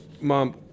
Mom